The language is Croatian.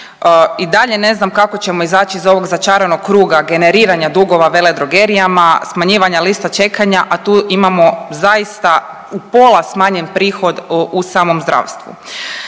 i dalje ne znam kako ćemo izaći iz ovog začaranog kruga generiranja duga veledrogerijama, smanjivanja lista čekanja, a tu imamo zaista u pola smanjen prihod u samom zdravstvu.